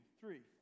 three